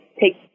take